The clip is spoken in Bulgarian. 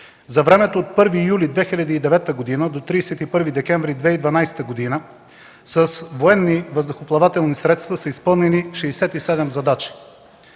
за времето от 1 юли 2009 г. до 31 декември 2012 г. с военни въздухоплавателни средства са изпълнени 67 задачи.